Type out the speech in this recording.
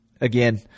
again